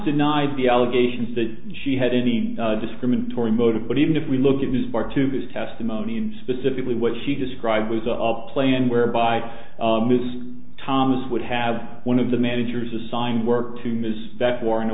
denied the allegations that she had any discriminatory motive but even if we look at his part to this testimony and specifically what she described was up plan whereby moose thomas would have one of the managers assigned work to muse that for in a